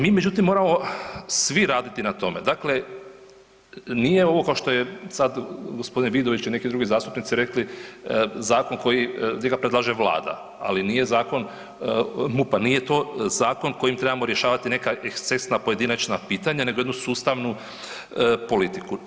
Mi međutim, moramo svi raditi na tome, dakle nije ovo, kao što je sad g. Vidović ili neki drugi zastupnici rekli, zakon koji, njega predlaže Vlada, ali nije zakon MUP-a, nije to zakon kojim trebamo rješavati neka ekscesna, pojedinačna pitanja nego jednu sustavnu politiku.